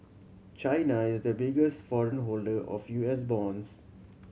China is the biggest foreign holder of U S bonds